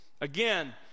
again